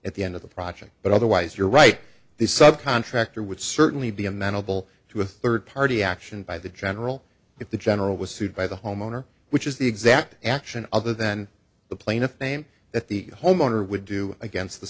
at the end of the project but otherwise you're right the sub contractor would certainly be amenable to a third party action by the general if the general was sued by the homeowner which is the exact action other than the plaintiff name that the homeowner would do against the